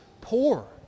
poor